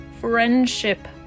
friendship